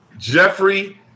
Jeffrey